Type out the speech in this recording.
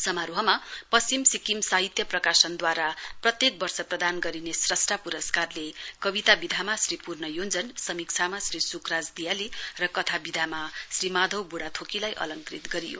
समारोहमा पश्चिम सिक्किम साहित्य प्रकाशनदूवारा प्रत्येक वर्ष प्रदान गरिने स्रस्टा पुरस्कारले कविता विधामा श्री पूर्ण योञ्जनसमीक्षामा श्री सुकराज दियाली र कथा विधामा श्री माधव बुढ़ाथोकीलाई अलकृंत गरियो